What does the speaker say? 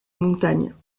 montagne